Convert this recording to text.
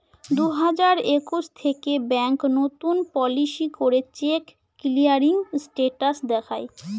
দুই হাজার একুশ থেকে ব্যাঙ্ক নতুন পলিসি করে চেক ক্লিয়ারিং স্টেটাস দেখায়